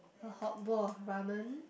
a hot bowl of ramen